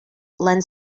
lens